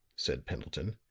said pendleton.